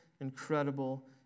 incredible